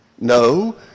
No